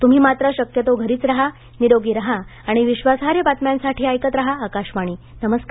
तुम्ही मात्र शक्यतो घरीच राहा निरोगी राहा आणि विश्वासार्ह बातम्यांसाठी ऐकत राहा आकाशवाणी नमस्कार